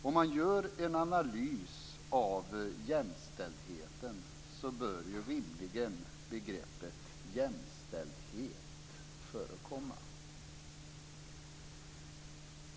Om man gör en analys av jämställdheten bör begreppet jämställdhet rimligen förekomma.